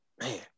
Man